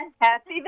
Happy